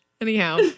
Anyhow